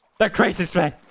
that craziest